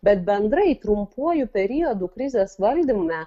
bet bendrai trumpuoju periodu krizės valdyme